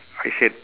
I said